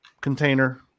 container